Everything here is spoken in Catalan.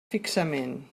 fixament